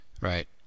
Right